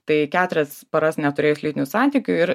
tai keturias paras neturėjus lytinių santykių ir